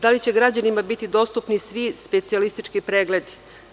Da li će građanima biti dostupni svi specijalistički pregledi?